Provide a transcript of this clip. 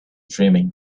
dreaming